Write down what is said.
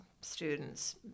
students